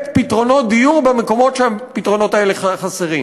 פתרונות דיור במקומות שהפתרונות האלה חסרים?